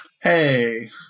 Hey